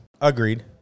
agreed